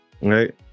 Right